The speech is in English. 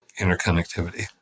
interconnectivity